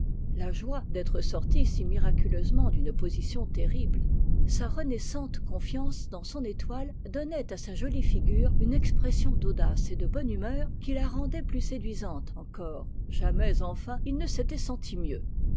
la joie d'être sorti si miraculeusement d'une position terrible sa renaissante confiance dans son étoile donnaient à sa jolie figure une expression d'audace et de bonne humeur qui la rendait plus séduisante encore jamais enfin il ne s'était senti mieux